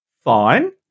fine